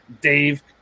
Dave